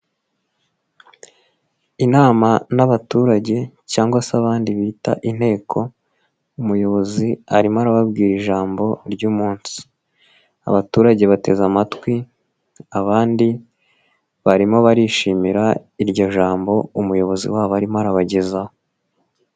Inama n'abaturage cyangwa se abandi bita inteko, umuyobozi arimo arababwira ijambo ry'umunsi, abaturage bateze amatwi, abandi barimo barishimira, iryo jambo, umuyobozi wabo arimo arabagezaho.